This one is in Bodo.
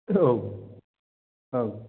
औ औ